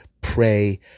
pray